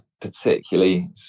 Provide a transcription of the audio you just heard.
particularly